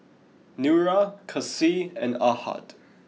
Nura Kasih and Ahad